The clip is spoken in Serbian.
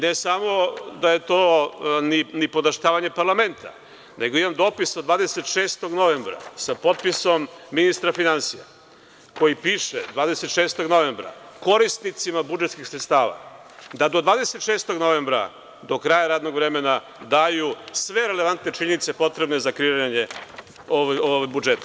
Ne samo da je to nipodaštavanje parlamenta nego imam dopis od 26. novembra sa potpisom ministra finansija koji piše 26. novembra – korisnicima budžetskih sredstava da do 26. novembra, do kraja radnog vremena daju sve relevantne činjenice potrebne za kreiranje ovog budžeta.